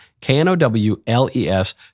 K-N-O-W-L-E-S